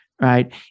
Right